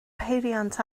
peiriant